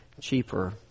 cheaper